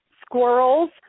squirrels